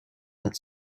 that